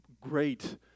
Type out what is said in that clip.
great